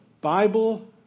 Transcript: Bible